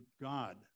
God